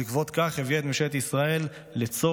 ובעקבות זאת הביאה את ממשלת ישראל לצורך